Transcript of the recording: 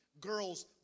girls